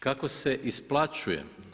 Kako se isplaćuje?